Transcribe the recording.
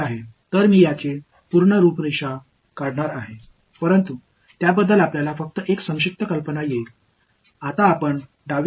எனவே நான் அதை முழுமையாக கோடிட்டுக் காட்ட மாட்டேன் ஆனால் அதைப் பற்றிய சுருக்கமான யோசனை நமக்கு இருக்கும்